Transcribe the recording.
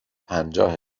پنجاه